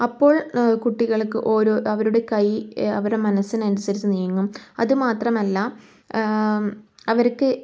അപ്പോൾ കുട്ടികൾക്ക് ഓരോ അവരുടെ കൈ അവരെ മനസ്സിനനുസരിച്ച് നീങ്ങും അത് മാത്രമല്ല അവർക്ക്